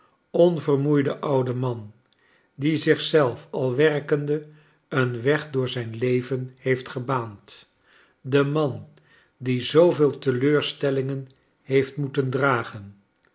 onvermoeide oude man die zich zelf al werkende een weg door het leven heeft gebaand de man die zooveel teleurstellingen heeft moeten dragen